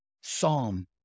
psalm